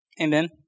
Amen